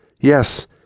Yes